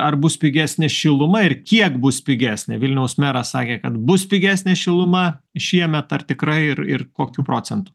ar bus pigesnė šiluma ir kiek bus pigesnė vilniaus meras sakė kad bus pigesnė šiluma šiemet ar tikrai ir ir kokiu procentu